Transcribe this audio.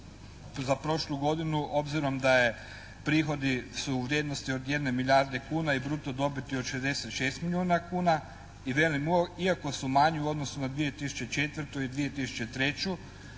za prošlu godinu, obzirom da je, prihodu su vrijednosti jedne milijarde kuna i bruto dobiti od 66 milijuna kuna, i velim, iako su manji u odnosu na 2004. i 2003.